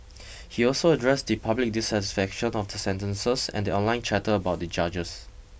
he also addressed the public dissatisfaction of the sentences and the online chatter about the judges